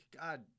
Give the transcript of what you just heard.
God